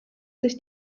sich